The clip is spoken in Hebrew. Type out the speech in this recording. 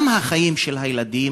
גם החיים של הילדים